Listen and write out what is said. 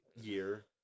year